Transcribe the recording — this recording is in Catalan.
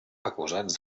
acusats